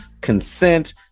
consent